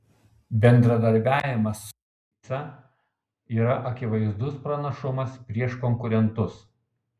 bendradarbiavimas su leica yra akivaizdus pranašumas prieš konkurentus